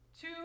Two